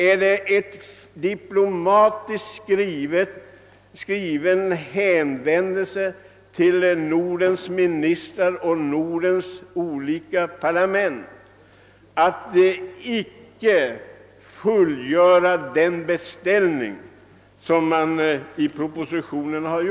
Är det en diplomatiskt skriven hänvändelse till Nordens ministrar och parlament att icke fullgöra den beställning som gjorts i propositionen?